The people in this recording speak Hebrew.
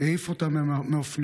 והעיף אותם מאופניהם.